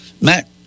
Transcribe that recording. Matt